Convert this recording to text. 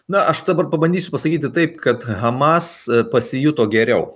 na aš dabar pabandysiu pasakyti taip kad hamas pasijuto geriau